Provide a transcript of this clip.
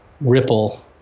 ripple